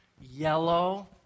yellow